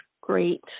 great